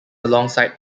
alongside